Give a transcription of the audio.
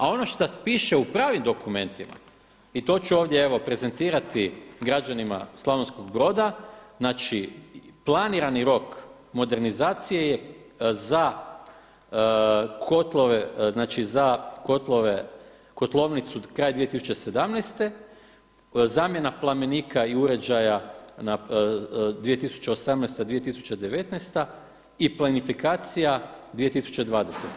A ono šta piše u pravim dokumentima i to ću ovdje evo prezentirati građanima Slavonskog Broda, znači, planirani rok modernizacije je za kotlove, znači za kotlove, kotlovnicu kraj 2017., zamjenika plamenika i uređaja 2018./2019. i plinifikacija 2020.